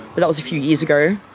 but that was a few years ago,